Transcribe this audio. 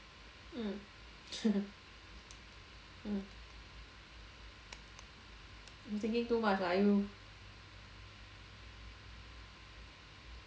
mm mm you thinking too much lah you